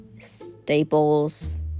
Staples